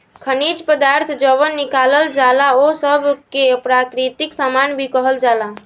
खनिज पदार्थ जवन निकालल जाला ओह सब के प्राकृतिक सामान भी कहल जाला